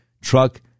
truck